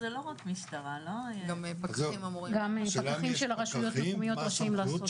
גם פקחים של הרשויות המקומיות רשאים לעשות.